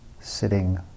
sitting